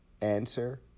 answer